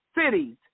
cities